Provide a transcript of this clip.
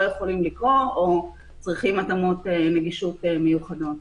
יכולים לקרוא או צריכים התאמות נגישות מיוחדות.